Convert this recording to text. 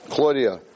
Claudia